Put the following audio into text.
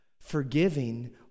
forgiving